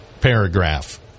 paragraph